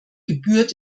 gebührt